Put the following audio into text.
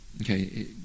okay